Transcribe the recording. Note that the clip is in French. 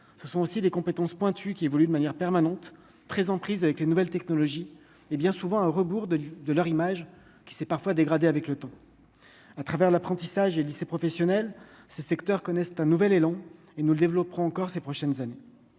ce sont aussi des compétences pointues qui évoluent de manière permanente, très en prise avec les nouvelles technologies et bien souvent à rebours de de leur image qui s'est parfois dégradée avec le temps, à travers l'apprentissage et lycées professionnels ces secteurs connaissent un nouvel élan et nous le développerons encore ces prochaines années,